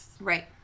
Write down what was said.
right